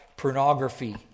Pornography